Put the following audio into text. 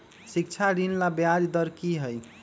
शिक्षा ऋण ला ब्याज दर कि हई?